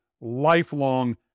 lifelong